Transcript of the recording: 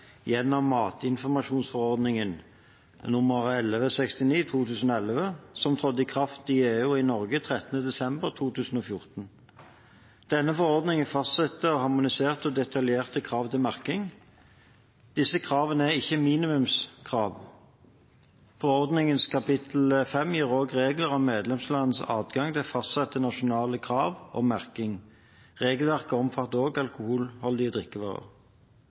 gjennom matinformasjonsforordningen, EU-forordning nr. 1169/2011, som trådte i kraft i EU og Norge 13. desember 2014. Denne forordningen fastsetter harmoniserte og detaljerte krav til merking. Disse kravene er ikke minimumskrav. Forordningens kapittel 5 gir også regler om medlemslands adgang til å fastsette nasjonale krav om merking. Regelverket omfatter også alkoholholdige drikkevarer.